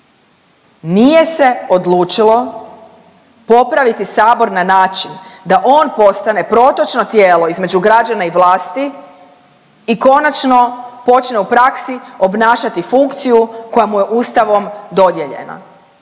Nije se odlučilo popraviti Sabor na način da on postane protočno tijelo između građana i vlasti i konačno počne u praksi obnašati funkciju koja mu je Ustavom dodijeljena.